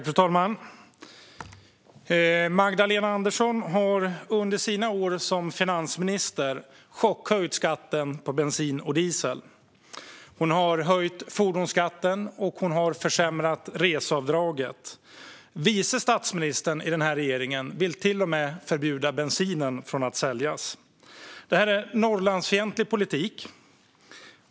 Fru talman! Magdalena Andersson har under sina år som finansminister chockhöjt skatten på bensin och diesel. Hon har höjt fordonsskatten och försämrat reseavdraget. Regeringens vice statsminister vill till och med förbjuda försäljning av bensin. Detta är Norrlandsfientlig politik.